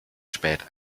spät